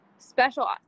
Special